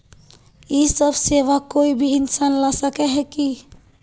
इ सब सेवा कोई भी इंसान ला सके है की?